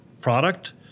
product